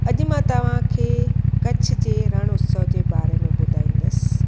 अॼु मां तव्हांखे कच्छ जे रण उत्सव जे बारे ॿुधाईंदसि